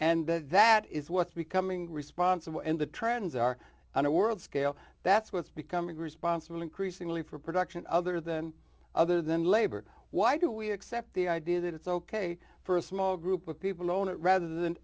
and that that is what's becoming responsible in the trends are on a world scale that's what's becoming responsible increasingly for production other than other than labor why do we accept the idea that it's ok for a small group of people to own it rather than